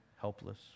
helpless